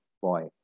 boy